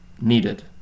needed